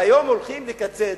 והיום הולכים לקצץ,